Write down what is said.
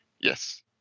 Yes